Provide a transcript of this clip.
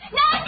no